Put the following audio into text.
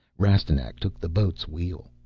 rastignac took the boat's wheel.